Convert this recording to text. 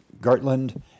Gartland